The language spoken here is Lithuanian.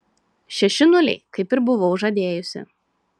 šeši nuliai kaip ir buvau žadėjusi